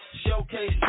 Showcase